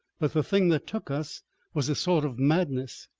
but the thing that took us was a sort of madness.